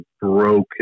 broken